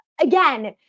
again